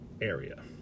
area